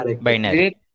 Binary